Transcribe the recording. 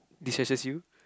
destresses you